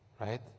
right